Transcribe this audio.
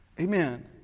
Amen